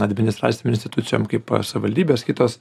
administracinėm institucijom kaip savaldybės kitos